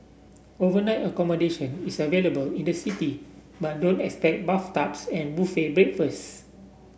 overnight accommodation is available in the city but don't expect bathtubs and buffet breakfast